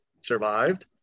survived